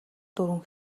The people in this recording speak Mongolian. дөрвөн